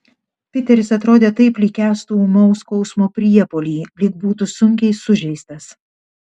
piteris atrodė taip lyg kęstų ūmaus skausmo priepuolį lyg būtų sunkiai sužeistas